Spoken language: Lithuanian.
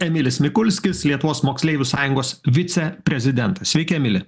emilis mikulskis lietuvos moksleivių sąjungos viceprezidentas sveiki emili